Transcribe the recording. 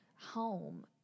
home